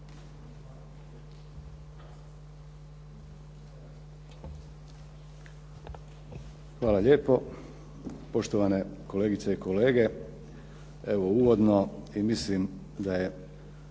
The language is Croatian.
Hvala lijepo, poštovane kolegice i kolege, evo uvodno i mislim da je